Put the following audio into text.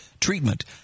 Treatment